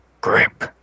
grip